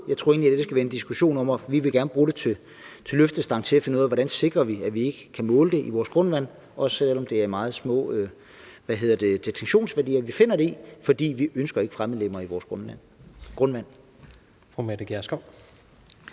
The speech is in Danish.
Jeg tror egentlig, at det her skal være en diskussion, som vi gerne vil bruge som løftestang til at finde ud af, hvordan vi sikrer, at vi ikke kan måle det i vores grundvand, også selv om det er meget små detektionsværdier, vi finder, for vi ønsker ikke fremmedstoffer i vores grundvand. Kl.